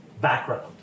background